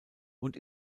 und